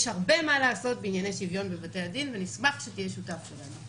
יש הרבה מה לעשות בענייני שוויון בבתי הדין ונשמח שתהיה שותף שלנו.